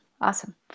awesome